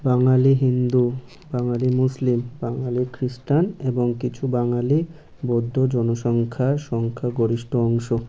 বাঙালি হিন্দু বাঙালি মুসলিম বাঙালি খ্রিষ্টান এবং কিছু বাঙালি বৌদ্ধ জনসংখ্যার সংখ্যাগরিষ্ঠ অংশ